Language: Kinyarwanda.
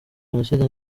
jenoside